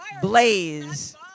blaze